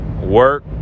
work